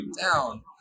down